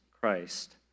Christ